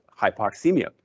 hypoxemia